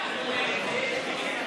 אומר את זה,